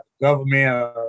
government